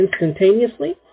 instantaneously